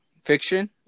Fiction